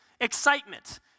excitement